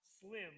slim